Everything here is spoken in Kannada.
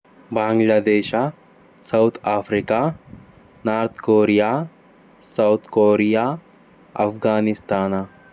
Bangladesh South Africa North Korea South Korea Afghanistan